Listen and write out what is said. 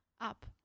up